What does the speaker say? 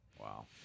Wow